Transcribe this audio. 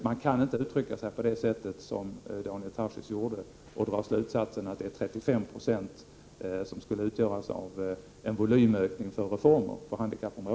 Man kan inte uttrycka sig på det sätt som Daniel Tarschys gjorde och dra slutsatsen att volymökningen av reformer på handikappområdet är 35 90.